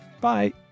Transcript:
Bye